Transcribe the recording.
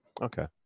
Okay